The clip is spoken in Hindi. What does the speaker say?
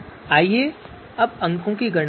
आइए अंकों की गणना करें